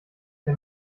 der